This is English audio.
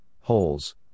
holes